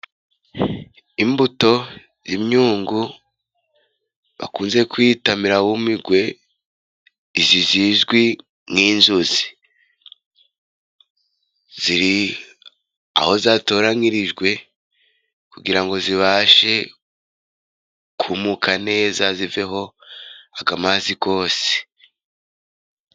Imbuto y'imyungu bakunze kwita mirawumigwe izi zizwi nk'inzuzi ;ziri aho zatoranyirijwe kugira ngo zibashe kumuka neza ziveho aga mazi gose.